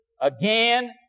again